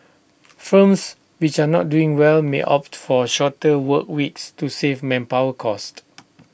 firms which are not doing well may opt for shorter work weeks to save manpower costs